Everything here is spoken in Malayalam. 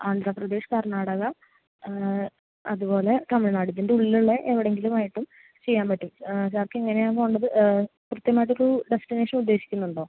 ആന്ധ്രപ്രദേശ് കർണ്ണാടക അതുപോലെ തമിഴ്നാട് ഇതിൻ്റെ ഉള്ളിലുള്ള എവിടെയെങ്കിലുമായിട്ടും ചെയ്യാൻപറ്റും സർക്ക് എങ്ങനെയാണ് പോകേണ്ടത് കൃത്യമായിട്ടൊരു ഡെസ്റ്റിനേഷൻ ഉദ്ദേശിക്കുന്നുണ്ടോ